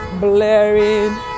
blaring